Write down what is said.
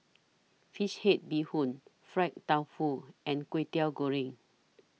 Fish Head Bee Hoon Fried Tofu and Kway Teow Goreng